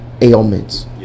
ailments